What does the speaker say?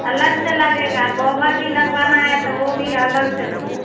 अलग से लगेगा कोभर भी लगवाना है तो वो भी अलग से होगा